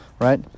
right